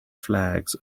flags